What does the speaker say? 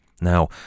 Now